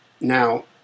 now